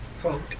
quote